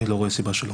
אני לא רואה סיבה שלא.